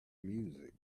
music